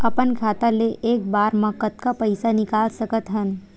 अपन खाता ले एक बार मा कतका पईसा निकाल सकत हन?